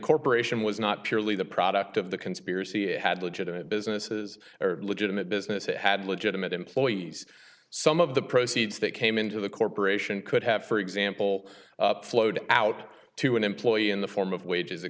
corporation was not purely the product of the conspiracy had legitimate businesses or legitimate business it had legitimate employees some of the proceeds that came into the corporation could have for example flowed out to an employee in the form of wages that